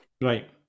right